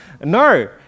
no